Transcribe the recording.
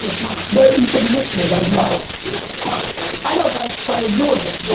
and smile. but and you said you missed me. that was very nice. you didn't respond. i thought you i know but i but i absorbed it.